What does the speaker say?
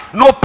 no